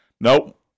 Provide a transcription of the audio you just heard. Nope